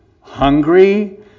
hungry